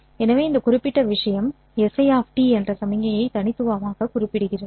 எனவே இந்த குறிப்பிட்ட விஷயம் si என்ற சமிக்ஞையை தனித்துவமாகக் குறிப்பிடுகிறது